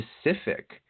specific